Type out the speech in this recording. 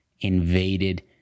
invaded